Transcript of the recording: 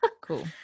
cool